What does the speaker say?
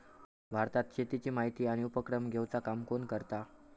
भारतात शेतीची माहिती आणि उपक्रम घेवचा काम कोण करता?